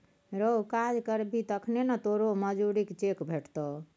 रौ काज करबही तखने न तोरो मजुरीक चेक भेटतौ